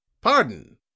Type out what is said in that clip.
Pardon